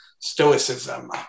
Stoicism